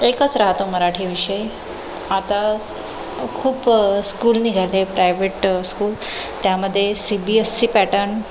एकच राहतो मराठी विषय आता खूप स्कूल निघाले आहे प्रायवेट स्कूल त्यामध्ये C B S C pattern